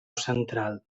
central